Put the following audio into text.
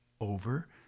over